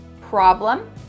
problem